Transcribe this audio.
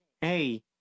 Hey